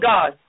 God